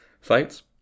fights